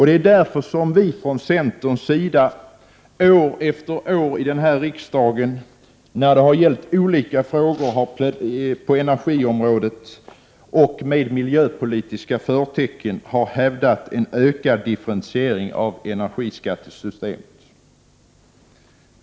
Det är därför som centern år efter år i denna riksdag när det har gällt olika frågor på energiområdet och med miljöpolitiska förtecken har hävdat en ökad differentiering av energiskattesystemet.